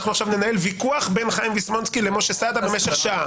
אנחנו עכשיו ננהל ויכוח בין חיים ויסמונסקי למשה סעדה במשך שעה.